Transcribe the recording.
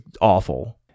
awful